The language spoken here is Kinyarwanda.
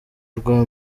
rwa